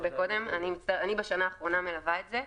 אני בשנה האחרונה מלווה את זה.